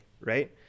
right